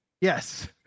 Yes